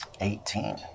Eighteen